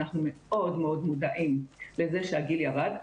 אנחנו מאוד מאוד מודעים לזה שהגיל ירד.